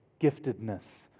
giftedness